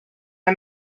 are